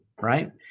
right